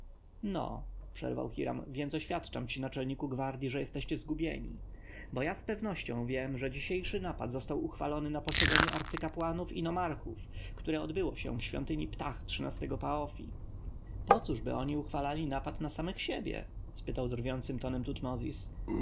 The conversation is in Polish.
no przerwał hiram więc oświadczam ci naczelniku gwardji że jesteście zgubieni bo ja z pewnością wiem że dzisiejszy napad został uchwalony na posiedzeniu arcykapłanów i nomarchów które odbyło się w świątyni ptah trzynastego paofi pocóżby oni uchwalali napad na samych siebie spytał drwiącym tonem tutmozis